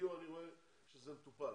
בדיור אני רואה שזה מטופל,